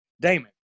Damon